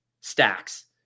stacks